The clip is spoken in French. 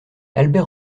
albert